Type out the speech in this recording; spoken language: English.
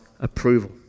approval